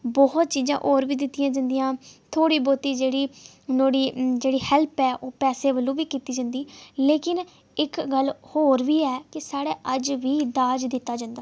बहुत चीजां होर बी दित्तियां जंदियां न थोह्ड़ी बौह्ती जेह्ड़ी नुहाड़ी जेह्ड़ी हैल्प ऐ ओह् पैसे कन्नै बी कीती जंदी लेकिन इक गल्ल होर बी ऐ ते साढ़े अज्ज बी दाज दित्ता जंदा